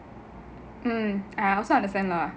mm I also understand lah